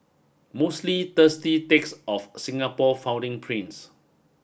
mostly thirsty takes of Singapore founding prince